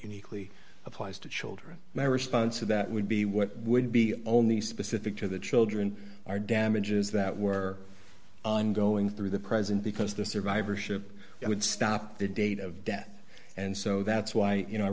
uniquely applies to children my response to that would be what would be only specific to the children are damages that were going through the present because the survivorship would stop the date of death and so that's why you know i